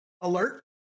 alert